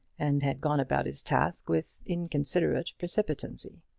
and had gone about his task with inconsiderate precipitancy.